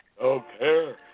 Okay